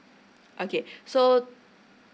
okay so